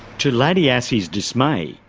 to laddie assey's dismay,